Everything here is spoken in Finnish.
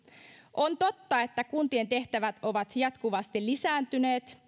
on totta että kuntien tehtävät ovat jatkuvasti lisääntyneet